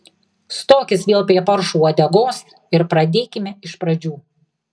stokis vėl prie paršo uodegos ir pradėkime iš pradžių